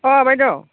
अ बायद'